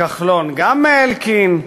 לכחלון גם מאלקין,